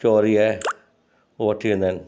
चौरी आहे हूअ वठी वेंदा आहिनि